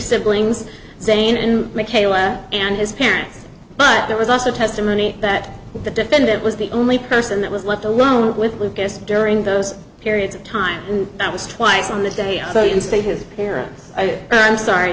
siblings zane and mckayla and his parents but there was also testimony that the defendant was the only person that was left alone with lucas during those periods of time and that was twice on the day so you can say his parents i am sorry